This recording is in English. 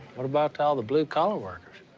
what about all the blue-collar workers?